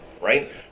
right